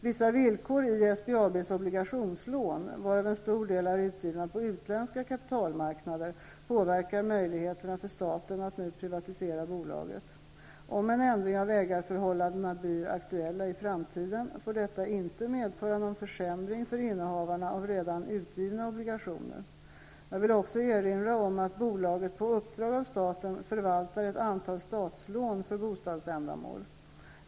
Vissa villkor i SBAB:s obligationslån, varav en stor del är utgivna på utländska kapitalmarknader, påverkar möjligheterna för staten att nu privatisera bolaget. Om en ändring av ägarförhållandena blir aktuell i framtiden får detta inte medföra någon försämring för innehavarna av redan utgivna obligationer. Jag vill också erinra om att bolaget på uppdrag av staten förvaltar ett antal statslån för bostadsändamål.